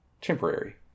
temporary